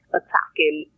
attacking